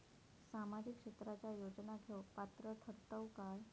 सामाजिक क्षेत्राच्या योजना घेवुक पात्र ठरतव काय?